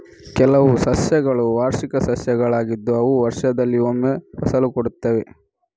ಕೆಲವು ಸಸ್ಯಗಳು ವಾರ್ಷಿಕ ಸಸ್ಯಗಳಾಗಿದ್ದು ಅವು ವರ್ಷದಲ್ಲಿ ಒಮ್ಮೆ ಫಸಲು ಕೊಡ್ತವೆ